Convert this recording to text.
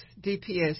DPS